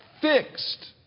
Fixed